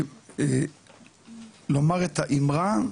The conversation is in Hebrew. לומר את האמרה,